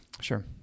Sure